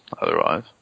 Otherwise